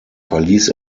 verließ